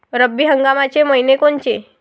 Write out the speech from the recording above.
रब्बी हंगामाचे मइने कोनचे?